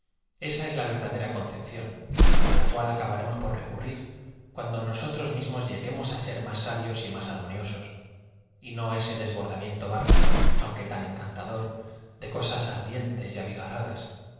esa es la verdadera concepción á la caal acabaremos por recurrir cuando nosotros miamoa lleguemos á ser máa sabios y más arm oniosa y no ese deabordamien toldárbaro aunque tan encantador de cosas ardientes y